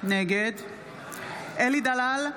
נגד אלי דלל,